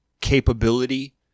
capability